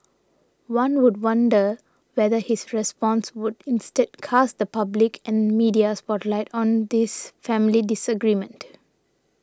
one would wonder whether his response would instead cast the public and media spotlight on this family disagreement